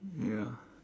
ya